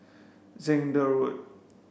Zehnder Road